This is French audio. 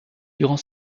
durant